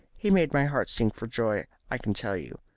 he made my heart sing for joy, i can tell you.